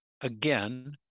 again